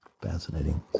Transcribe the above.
Fascinating